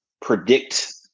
predict